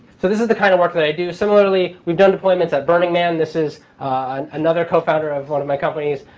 so this is the kind of work that i do. similarly, we've done deployments at burning man. this is another co-founder of one of my companies,